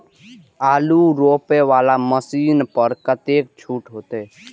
आलू रोपे वाला मशीन पर कतेक छूट होते?